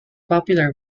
popular